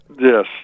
Yes